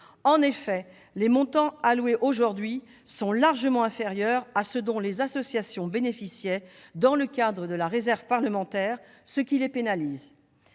En effet, les montants alloués aujourd'hui sont largement inférieurs à ceux dont les associations bénéficiaient dans le cadre de la réserve parlementaire, ce qui les pénalise.